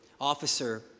officer